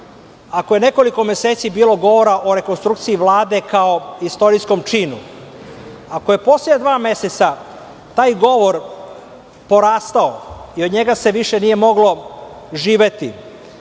ako je nekoliko meseci bilo govora o rekonstrukciji Vlade kao istorijskom činu, ako je poslednja dva meseca taj govor porastao i od njega se više nije moglo živeti,